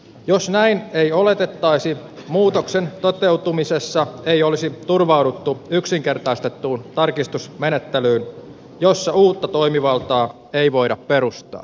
jos näin ei oletettaisi muutoksen toteutumisessa ei olisi turvauduttu yksinkertaistettuun tarkistusmenettelyyn jossa uutta toimivaltaa ei voida perustaa